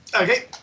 okay